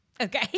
Okay